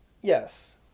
Yes